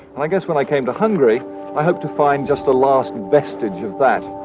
i guess when i came to hungary i hopes to find just a last vestige of that.